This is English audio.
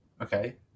Okay